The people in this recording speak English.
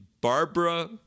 barbara